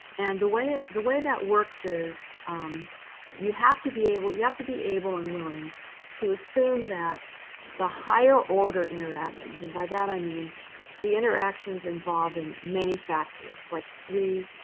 and the way ah the way that works is um you have to be able you have to be able and willing to assume that the higher-order interactions and by that i mean the interactions involving many factors, like three.